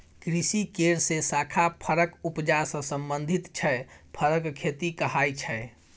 कृषि केर जे शाखा फरक उपजा सँ संबंधित छै फरक खेती कहाइ छै